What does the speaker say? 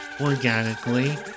organically